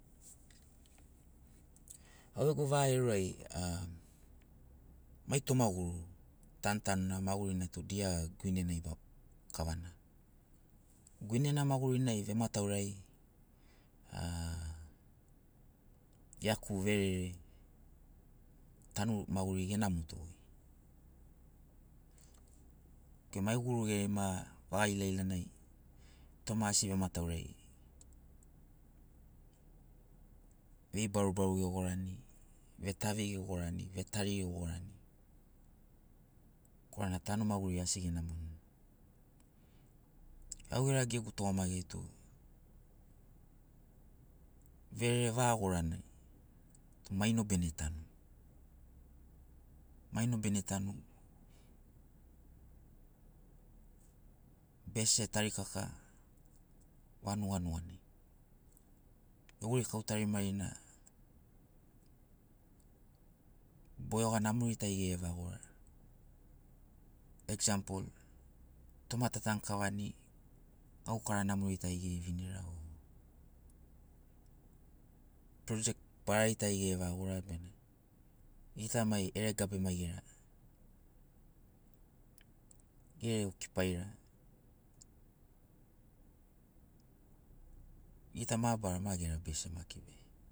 Au gegu vaga aeroai a mai tima guru tanutanuna magurina tu dia guinenai kavana guinena magurinai vemataurai a iaku verere tanu maguriri ge namoto goi okei mai guru geria ma vaga ilailanai toma asi vemataurai vei barubaru ge gorani vetavi ge gorani vetari ge gorani korana tanu maguriri asi ge namoni au geregagu gegu tugamagi ai tu verere vaga oranai tu maino bene tanu. maino bene tanu bese tarikaka vanuga nuganai vegorikau tarimarina boioga namori. tari gere vaga gora. Eksampol. toma ta tanu kavani gaukara namori tari gere vinira project barari tari gere vagora bena gita mai eregabe maigera gere. okiupaira gita marabarara magera bese maki be.